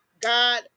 God